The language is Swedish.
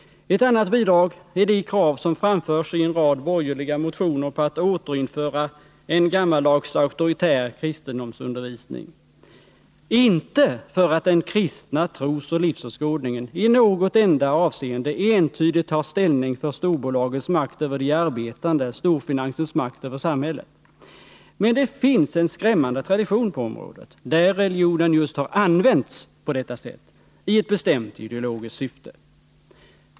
Ett annat bidrag är de krav på att återinföra en gammaldags auktoritär kristendomsundervisning som framförs i en rad borgerliga motioner. Inte för att den kristna trosoch livsåskådningen i något enda avseende entydigt tar ställning för storbolagens makt över de arbetande, storfinansens makt över samhället. Men det finns en skrämmande tradition på området, där religionen just har använts på detta sätt, i ett bestämt ideologiskt syfte.